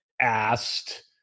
asked